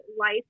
life